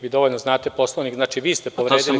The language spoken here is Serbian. Vi dovoljno znate Poslovnik, znači, vi ste povredili Poslovnik.